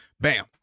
Bam